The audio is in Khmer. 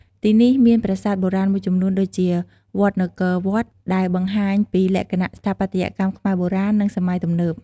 ទីនេះមានប្រាសាទបុរាណមួយចំនួនដូចជា វត្តនគរវត្ត ដែលបង្ហាញពីលក្ខណៈស្ថាបត្យកម្មខ្មែរបុរាណ និងសម័យទំនើប។